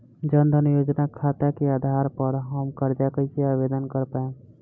जन धन योजना खाता के आधार पर हम कर्जा कईसे आवेदन कर पाएम?